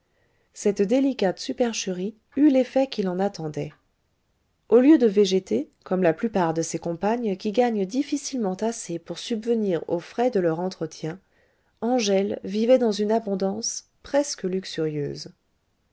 cette délicate supercherie eut l'effet qu'il en attendait au lieu de végéter comme la plupart de ses compagnes qui gagnent difficilement assez pour subvenir aux frais de leur entretien angèle vivait dans une abondance presque